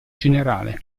generale